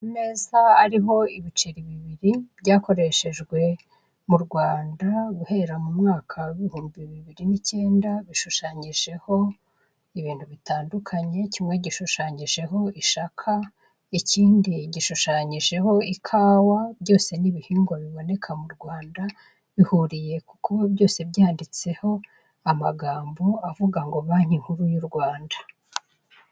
Ameza ariho ibiceri bibiri byakoreshejwe mu Rwanda guhera mu mwaka w'ibihumbi bibiri n'icyenda bishushanyijeho ibintu bitandukanye kimwe gishushanyijeho ishaka ikindi gishushanyijeho ikawa byose n'ibihingwa biboneka mu Rwanda bihuriye ku kuba byose byanditseho amagambo avuga ngo banki nkuru y' u Rwanda.